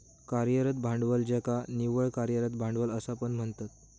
कार्यरत भांडवल ज्याका निव्वळ कार्यरत भांडवल असा पण म्हणतत